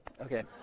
okay